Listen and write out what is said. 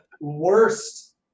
worst